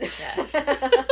Yes